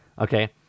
Okay